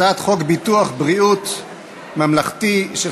הצעת חוק ביטוח בריאות ממלכתי (תיקון,